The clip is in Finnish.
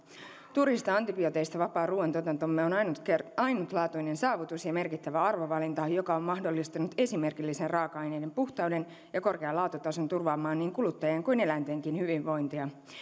turhista antibiooteista vapaa ruuantuotantomme on ainutlaatuinen saavutus ja merkittävä arvovalinta joka on mahdollistanut esimerkillisen raaka aineiden puhtauden ja korkean laatutason turvaamaan niin kuluttajien kuin eläintenkin hyvinvointia